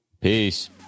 peace